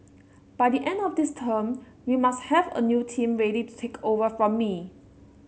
by the end of this term we must have a new team ready to take over from me